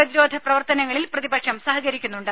പ്രതിരോധ പ്രവർത്തനങ്ങളിൽ പ്രതിപക്ഷം സഹകരിക്കുന്നുണ്ട്